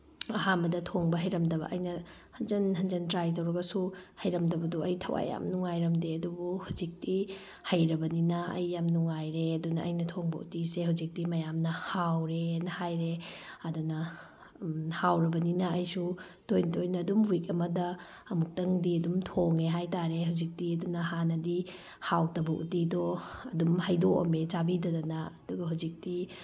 ꯑꯍꯥꯟꯕꯗ ꯊꯣꯡꯕ ꯍꯩꯔꯝꯗꯕ ꯑꯩꯅ ꯍꯟꯖꯟ ꯍꯟꯖꯟ ꯇ꯭ꯔꯥꯏ ꯇꯧꯔꯒꯁꯨ ꯍꯩꯔꯝꯗꯕꯗꯣ ꯑꯩ ꯊꯋꯥꯏ ꯌꯥꯝ ꯅꯨꯡꯉꯥꯏꯔꯝꯗꯦ ꯑꯗꯨꯕꯨ ꯍꯧꯖꯤꯛꯇꯤ ꯍꯩꯔꯕꯅꯤꯅ ꯑꯩ ꯌꯥꯝ ꯅꯨꯡꯉꯥꯏꯔꯦ ꯑꯗꯨꯅ ꯑꯩꯅ ꯊꯣꯡꯕ ꯎꯇꯤꯁꯦ ꯍꯧꯖꯤꯛꯇꯤ ꯃꯌꯥꯝꯅ ꯍꯥꯎꯔꯦꯅ ꯍꯥꯏꯔꯦ ꯑꯗꯨꯅ ꯍꯥꯎꯔꯕꯅꯤꯅ ꯑꯩꯁꯨ ꯇꯣꯏ ꯇꯣꯏꯅ ꯑꯗꯨꯝ ꯋꯤꯛ ꯑꯃꯗ ꯑꯃꯨꯛꯇꯪꯗꯤ ꯑꯗꯨꯝ ꯊꯣꯡꯉꯦ ꯍꯥꯏ ꯇꯥꯔꯦ ꯍꯧꯖꯤꯛꯇꯤ ꯑꯗꯨꯅ ꯍꯥꯟꯅꯗꯤ ꯍꯥꯎꯇꯕ ꯎꯇꯤꯗꯣ ꯑꯗꯨꯝ ꯍꯩꯗꯣꯛ ꯑꯝꯃꯦ ꯆꯥꯕꯤꯗꯗꯅ ꯑꯗꯨꯒ ꯍꯧꯖꯤꯛꯇꯤ